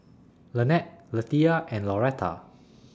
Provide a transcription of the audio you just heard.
Lanette Lethia and Lauretta